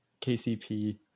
KCP